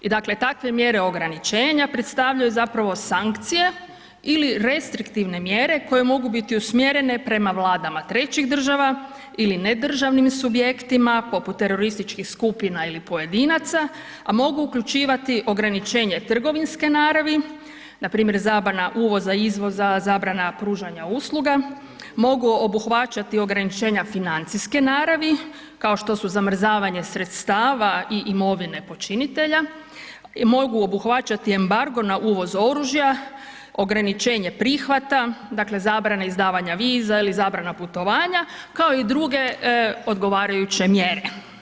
I dakle, takve mjere ograničenja predstavljaju zapravo sankcije ili restriktivne mjere koje mogu biti usmjerene prema vladama trećih država ili nedržavnim subjektima poput terorističkih skupina ili pojedinaca, a mogu uključivati ograničenje trgovinske naravi npr. zabrana uvoza – izvoza, zabrana pružanja usluga, mogu obuhvaćati ograničenja financijske naravi kao što su zamrzavanje sredstava i imovine počinitelja, mogu obuhvaćati embarge na uvoz oružja, ograničenje prihvata dakle, zabrana izdavanja viza ili zabrana putovanja kao i druge odgovarajuće mjere.